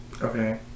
okay